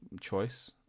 choice